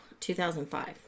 2005